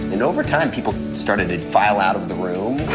and over time, people started to file out of the room.